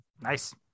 Nice